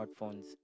smartphones